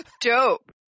Dope